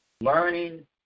Learning